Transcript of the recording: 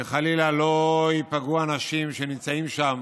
שחלילה לא ייפגעו אנשים שנמצאים שם,